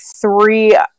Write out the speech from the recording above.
three